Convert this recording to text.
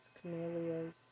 camellias